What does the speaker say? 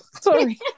sorry